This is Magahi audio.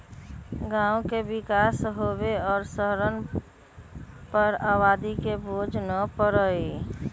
गांव के विकास होवे और शहरवन पर आबादी के बोझ न पड़ई